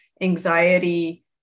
anxiety